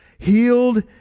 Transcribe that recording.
Healed